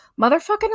Motherfucking